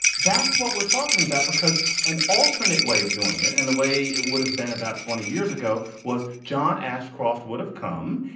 that's what we're talking about, because an alternate way of doing it and the way it would have been about twenty years ago was john ashcroft would have come,